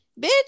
Bitch